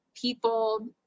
people